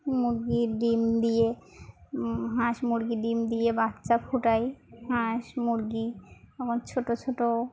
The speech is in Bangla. মুরগির ডিম দিয়ে হাঁস মুরগি ডিম দিয়ে বাচ্চা ফোটায় হাঁস মুরগি যেমন ছোটো ছোটো